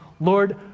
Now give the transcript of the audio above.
Lord